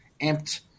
Amped